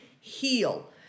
heal